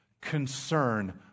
concern